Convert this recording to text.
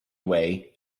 way